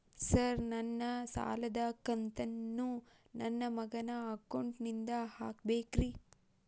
Sir ನನ್ನ ಸಾಲದ ಕಂತನ್ನು ನನ್ನ ಮಗನ ಅಕೌಂಟ್ ನಿಂದ ಹಾಕಬೇಕ್ರಿ?